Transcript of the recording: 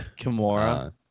Kimura